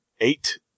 eight